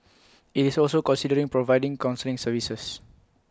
IT is also considering providing counselling services